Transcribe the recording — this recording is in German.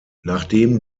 nachdem